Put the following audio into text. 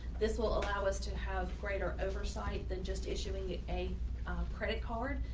this will allow us to have greater oversight than just issuing a credit card,